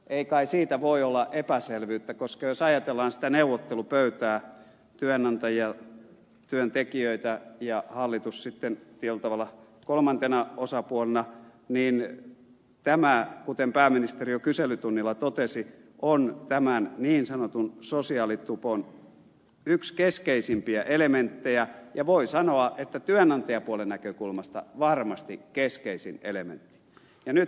ei kai siitä voi olla epäselvyyttä koska jos ajatellaan sitä neuvottelupöytää työnantajia työntekijöitä ja hallitusta sitten tietyllä tavalla kolmantena osapuolena niin tämä kuten pääministeri jo kyselytunnilla totesi on tämän niin sanotun sosiaalitupon yksi keskeisimpiä elementtejä ja voi sanoa että työnantajapuolen näkökulmasta varmasti keskeisin elementti